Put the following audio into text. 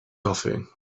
coffee